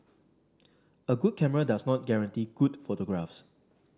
a good camera does not guarantee good photographs